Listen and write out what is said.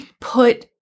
put